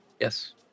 Yes